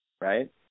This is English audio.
Right